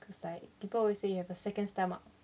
cause like people always say you have a second stomach